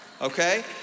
okay